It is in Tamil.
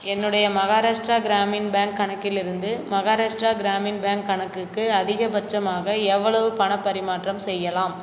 என்னுடைய மஹாராஷ்ரா கிராமின் பேங்க் கணக்கிலிருந்து மஹாராஷ்ரா கிராமின் பேங்க் கணக்குக்கு அதிகபட்சமாக எவ்வளவு பணப் பரிமாற்றம் செய்யலாம்